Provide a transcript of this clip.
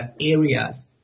areas